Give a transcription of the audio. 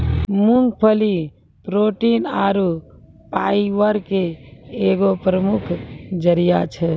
मूंगफली प्रोटीन आरु फाइबर के एगो प्रमुख जरिया छै